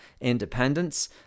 independence